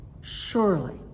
surely